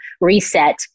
reset